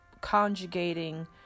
conjugating